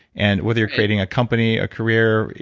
and whether you're creating a company, a career,